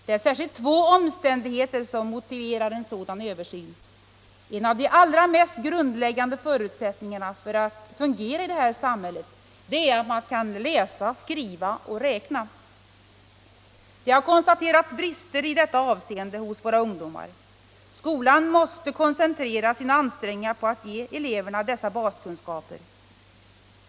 Det är särskilt två omständigheter som motiverar en sådan översyn. En av de allra mest grundläggande förutsättningarna för att fungera i det här samhället är att man kan läsa, skriva och räkna. Det har konstaterats brister i detta avseende hos våra ungdomar. Skolan måste koncentrera sina ansträngningar på att ge eleverna dessa baskunskaper.